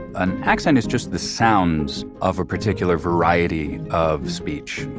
an accent is just the sounds of a particular variety of speech.